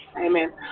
Amen